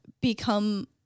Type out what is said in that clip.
become